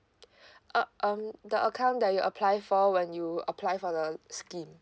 uh um the account that you apply for when you apply for the scheme